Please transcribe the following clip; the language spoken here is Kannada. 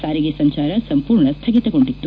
ಸಾರಿಗೆ ಸಂಚಾರ ಸಂಪೂರ್ಣ ಸ್ಥಗಿತಗೊಂಡಿತ್ತು